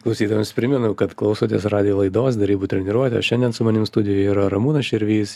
klausytojams primenu kad klausotės radijo laidos derybų treniruotė šiandien su manim studijoj yra ramūnas širvys